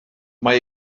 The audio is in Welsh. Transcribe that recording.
mae